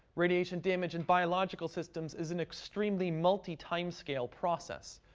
radiation damage and biological systems is an extremely multi-time-scale process.